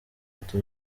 ati